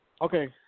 Okay